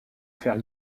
faire